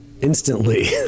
instantly